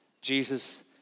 Jesus